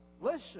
listen